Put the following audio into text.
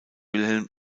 wilhelm